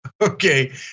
Okay